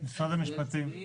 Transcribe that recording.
משרד המשפטים.